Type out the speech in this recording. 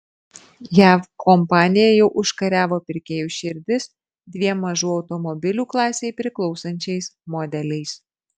jav kompanija jau užkariavo pirkėjų širdis dviem mažų automobilių klasei priklausančiais modeliais